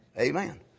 Amen